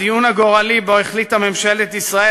הדיון הגורלי שבו החליטה ממשלת ישראל